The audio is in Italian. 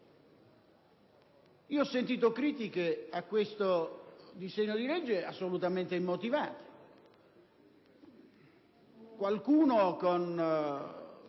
rivolgere critiche a questo disegno di legge assolutamente immotivate. Qualcuno, con